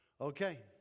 Okay